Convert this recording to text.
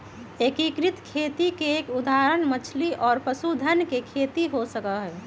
एकीकृत खेती के एक उदाहरण मछली और पशुधन के खेती हो सका हई